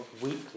weekly